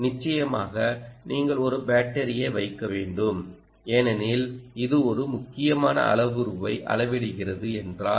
நிச்சயமாக நீங்கள் ஒரு ஒரு பேட்டரியை வைக்க வேண்டும் ஏனெனில் இது ஒரு முக்கியமான அளவுருவை அளவிடுகிறது என்றால்